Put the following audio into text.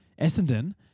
Essendon